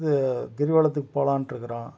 இது கிரிவலத்துக்கு போலான்ட்டிருக்குறோம்